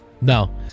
No